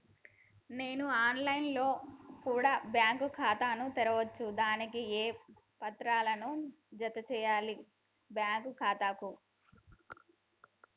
నేను online లో కూడా బ్యాంకు ఖాతా ను తెరవ వచ్చా? దానికి ఏ పత్రాలను జత చేయాలి బ్యాంకు ఖాతాకు?